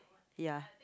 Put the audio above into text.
ya